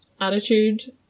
attitude